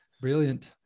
brilliant